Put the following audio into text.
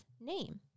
name